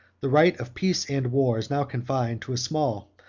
the right of peace and war is now confined to a small,